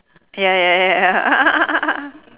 ya ya ya ya